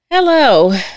Hello